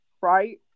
right